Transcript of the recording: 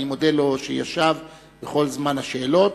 אני מודה לו על שישב כל זמן השאלות